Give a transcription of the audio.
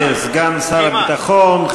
בנאום של עשר דקות אתה רוצה,